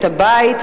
את הבית,